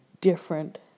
different